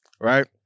right